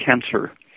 cancer